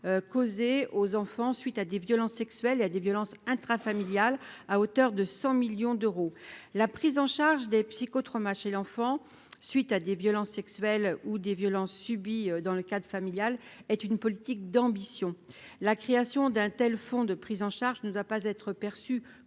causé aux enfants suite à des violences sexuelles et à des violences intrafamiliales à hauteur de 100 millions d'euros, la prise en charge des psycho-trauma chez l'enfant, suite à des violences sexuelles ou des violences subies dans le cas familiale est une politique d'ambition, la création d'un tel font de prise en charge ne doit pas être perçu